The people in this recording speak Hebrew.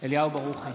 אליהו ברוכי,